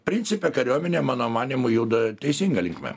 principe kariuomenė mano manymu juda teisinga linkme